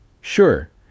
Sure